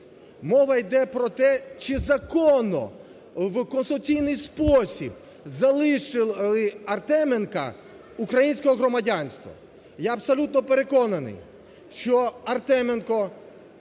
Мова йде про те, чи законно, в конституційний спосіб залишили Артеменка українського громадянства. Я абсолютно переконаний, що Артеменко